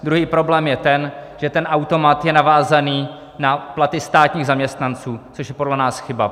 Druhý problém je ten, že ten automat je navázaný na platy státních zaměstnanců, což je podle nás chyba.